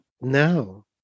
now